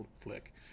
flick